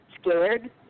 scared